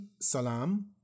salam